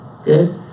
Okay